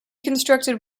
constructed